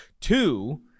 Two